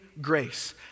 grace